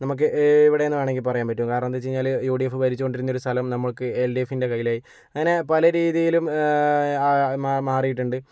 നമുക്ക് ഇവിടെയെന്ന് വേണമെങ്കിൽ പറയാൻ പറ്റും കാരണെമെന്തെന്ന് വച്ച് കഴിഞ്ഞാൽ യു ഡി എഫ് ഭരിച്ചു കൊണ്ടിരുന്ന സ്ഥലം നമ്മൾക്ക് എൽ ഡി എഫിന്റെ കൈയിലായി അങ്ങനെ പല രീതിയിലും മാറിയിട്ടുണ്ട്